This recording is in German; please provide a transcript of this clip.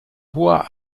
hoher